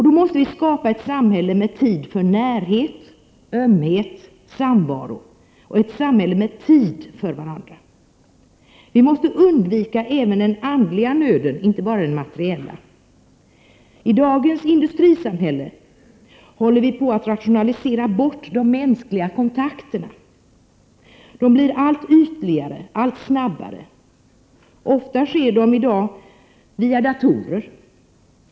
Då måste vi skapa ett samhälle med tid för närhet, ömhet, samvaro -- ett samhälle med tid för varandra. Vi måste undvika inte bara den materiella nöden utan även den andliga. I dagens industrisamhälle håller vi på att rationalisera bort de mänskliga kontakterna. De blir allt ytligare och allt snabbare. Ofta sker de i dag via datorer.